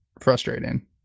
frustrating